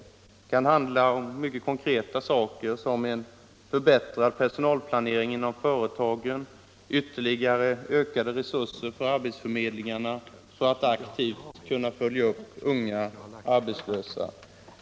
Det kan handla om mycket konkreta saker, som förbättrad personalplanering inom företagen eller ytterligare ökade resurser för arbetsförmedlingarna för att aktivt kunna följa upp unga arbetslösa.